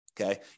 Okay